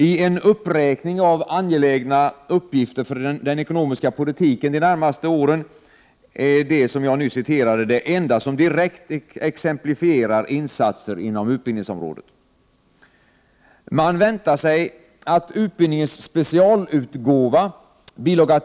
I en uppräkning av angelägna uppgifter för den ekonomiska politiken de närmaste åren är det som jag nyss citerade det enda som direkt exemplifierar insatser inom utbildningsområdet. Man väntar sig att utbildningens specialutgåva — bil.